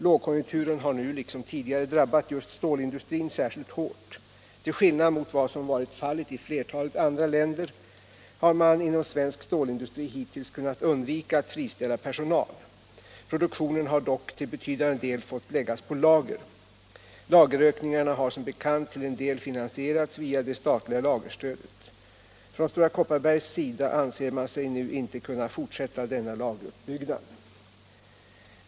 Lågkonjunkturen har nu liksom tidigare drabbat just stålindustrin särskilt hårt. Till skillnad mot vad som har varit fallet i flertalet andra länder har man inom svensk stålindustri hittills kunnat undvika att friställa personal. Produktionen har dock till betydande del fått läggas på lager. Lagerökningarna har som bekant till en del finansierats via det statliga lagerstödet. Från Stora Kopparbergs sida anser man sig nu inte kunna fortsätta denna lageruppbyggnad.